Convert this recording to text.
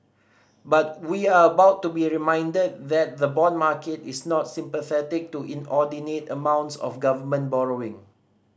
but we are about to be reminded that the bond market is not sympathetic to inordinate amounts of government borrowing